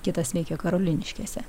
kitas veikia karoliniškėse